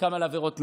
חלקם על עבירות מין,